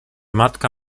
matka